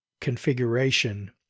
configuration